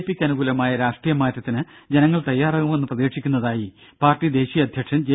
പിക്ക് അനുകൂലമായ രാഷ്ട്രീയ മാറ്റത്തിന് ജനങ്ങൾ തയ്യാറാകുമെന്ന് പ്രതീക്ഷിക്കുന്നതായി പാർട്ടി ദേശീയ അധ്യക്ഷൻ ജെ